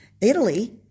Italy